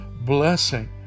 blessing